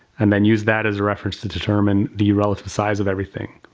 and then use that as a reference to determine the relative size of everything.